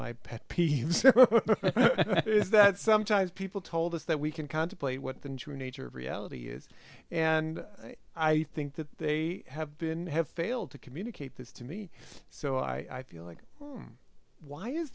my pet peeves is that sometimes people told us that we can contemplate what them true nature of reality is and i think that they have been have failed to communicate this to me so i feel like why is